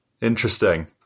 Interesting